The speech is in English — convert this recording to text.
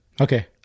Okay